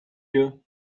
you